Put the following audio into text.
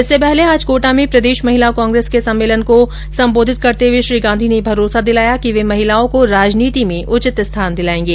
इससे पहले आज कोटा में प्रदेश महिला कांग्रेस के सम्मेलन को संबोधित करते हुए श्री गांधी ने भरोसा दिलाया कि वे महिलाओं को राजनीति में उचित स्थान दिलायेंगे